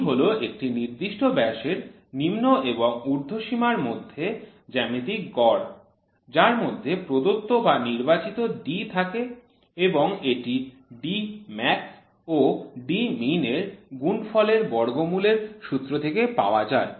D হল একটি নির্দিষ্ট ব্যাসের নিম্ন এবং উর্ধ্বসীমার মধ্যে জ্যামিতিক গড় যার মধ্যে প্রদত্ত বা নির্বাচিত D থাকে এবং এটি D max ও D min এর গুণফলের বর্গমূলের সূত্র থেকে পাওয়া যায়